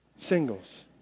Singles